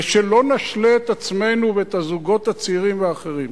ושלא נשלה את עצמנו ואת הזוגות הצעירים והאחרים.